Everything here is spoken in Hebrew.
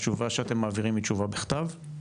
התשובה שאתם מעבירים היא תשובה בכתב?